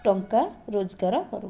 ଟଙ୍କା ରୋଜଗାର କରୁ